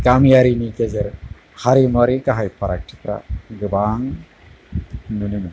गामियारिनि गेजेर हारिमुवारि गाहाय फारागथिफ्रा गोबां नुनो मोनो